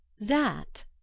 That